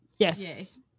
Yes